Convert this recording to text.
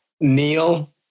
Neil